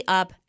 up